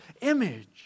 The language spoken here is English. image